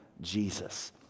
Jesus